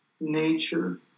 nature